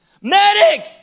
Medic